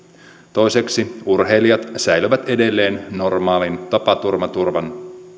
toiseksi urheilijat säilyvät edelleen normaalin tapaturmaturvan